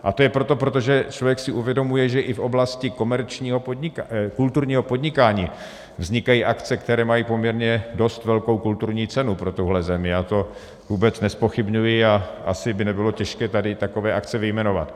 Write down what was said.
A to je proto, protože člověk si uvědomuje, že i v oblasti kulturního podnikání vznikají akce, které mají poměrně dost velkou kulturní cenu pro tuhle zemi, já to vůbec nezpochybňuji, a asi by nebylo těžké tady takové akce vyjmenovat.